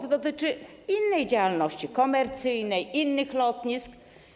To dotyczy innej działalności, komercyjnej, innych lotnisk.